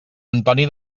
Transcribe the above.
antoni